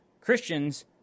Christians